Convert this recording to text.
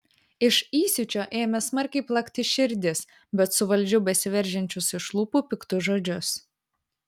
iš įsiūčio ėmė smarkiai plakti širdis bet suvaldžiau besiveržiančius iš lūpų piktus žodžius